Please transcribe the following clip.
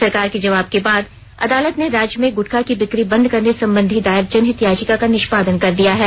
सरकार के जवाब के बाद अदालत ने राज्य में गुटखा की बिक्री बंद करने संबंधी दायर जनहित याचिका का निष्पादन कर दिया है